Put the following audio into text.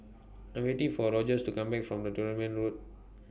I Am waiting For Rogers to Come Back from Dunearn Road